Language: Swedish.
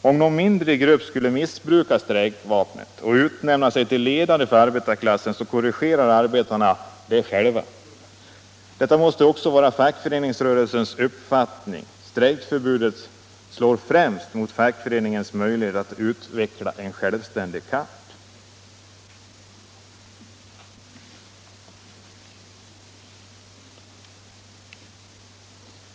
Om någon mindre grupp skulle missbruka strejkvapnet och utnämna sig till ledare för arbetarklassen, så korrigerar arbetarna det själva. Detta måste också vara fackföreningsrörelsens uppfattning. Strejkförbudet slår främst mot fackföreningarnas möjligheter att utveckla en självständig kamp.